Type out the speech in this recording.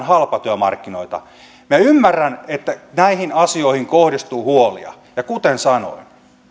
halpatyömarkkinoiden mallia minä ymmärrän että näihin asioihin kohdistuu huolia ja kuten sanoin